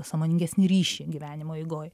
sąmoningesnį ryšį gyvenimo eigoj